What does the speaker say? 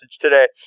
today